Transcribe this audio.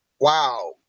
wow